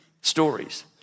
stories